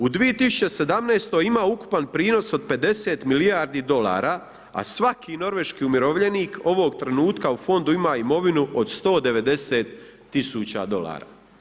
U 2017. ima ukupan prinos od 50 milijardi dolara a svaki norveški umirovljenik ovog trenutka u fondu imovinu od 190 000 dolara.